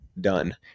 Done